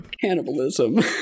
Cannibalism